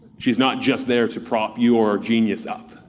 she's not just there to prop you or genius up.